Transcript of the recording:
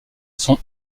sont